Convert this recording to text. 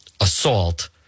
assault